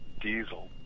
diesel